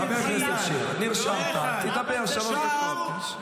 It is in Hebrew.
--- חבר הכנסת שירי, נרשמת, תדבר שלוש דקות.